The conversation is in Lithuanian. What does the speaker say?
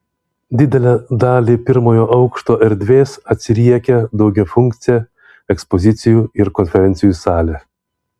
didelę dalį pirmojo aukšto erdvės atsiriekia daugiafunkcė ekspozicijų ir konferencijų salė